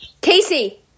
Casey